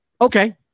okay